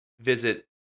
visit